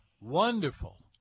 Wonderful